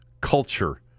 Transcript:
culture